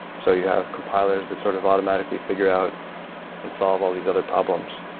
so you have compilers that sort of automatically figure out and solve all these other problems,